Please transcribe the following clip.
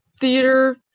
theater